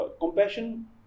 Compassion